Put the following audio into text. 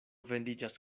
vendiĝas